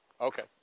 Okay